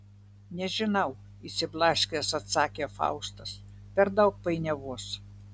nežinau išsiblaškęs atsakė faustas per daug painiavos